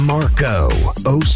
Marco